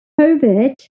COVID